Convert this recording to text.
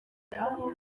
nahoze